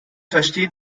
versteht